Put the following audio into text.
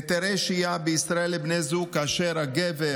היתרי שהייה בישראל לבני זוג כאשר הגבר